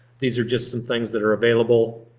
these are just some things that are available.